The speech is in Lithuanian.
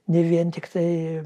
ne vien tiktai